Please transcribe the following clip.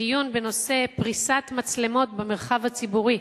דיון בנושא פריסת מצלמות במרחב הציבורי.